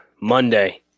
Monday